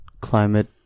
climate